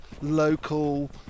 local